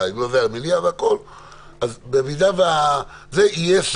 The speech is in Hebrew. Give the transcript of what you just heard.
גור כבר הכניס שם כל מיני שינויים שמידית הם יגיעו